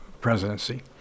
presidency